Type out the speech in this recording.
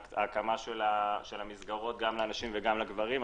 ההקמה של המסגרות גם לאנשים וגם לגברים,